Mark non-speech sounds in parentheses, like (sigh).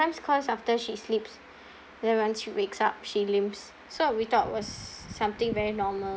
cause after she sleeps (breath) then once she wakes up she limps so what we thought was something very normal